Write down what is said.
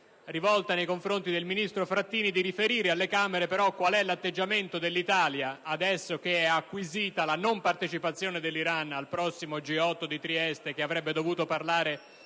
rivolta nei confronti del ministro Frattini di riferire alle Camere su qual è l'atteggiamento dell'Italia, adesso che è acquisita la non partecipazione dell'Iran al prossimo G8 di Trieste, che avrebbe dovuto parlare